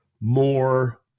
more